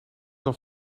dan